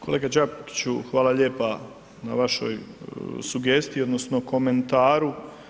Kolega Đakiću, hvala lijepa na vašoj sugestiji odnosno komentaru.